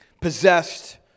possessed